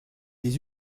des